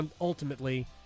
ultimately